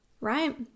right